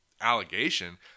allegation